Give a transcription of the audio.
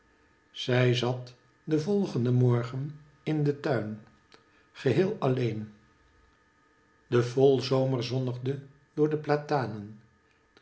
zij zat den volgenden morgen in den tuin geheel alleen de volzomer zonnigde door de platanen